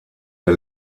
der